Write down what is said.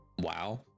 wow